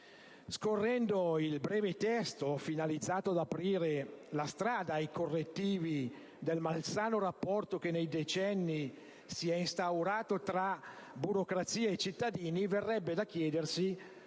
Scorrendo il breve testo, finalizzato ad aprire la strada ai correttivi del malsano rapporto che nei decenni si è instaurato tra burocrazia e cittadini, verrebbe da chiedersi